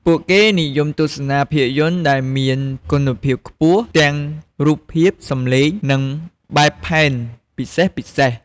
ពួកគេនិយមទស្សនាភាពយន្តដែលមានគុណភាពខ្ពស់ ទាំងរូបភាព សំឡេង និងបែបផែនពិសេសៗ។